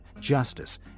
justice